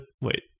Wait